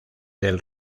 del